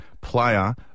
player